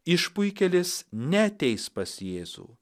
išpuikėlis neateis pas jėzų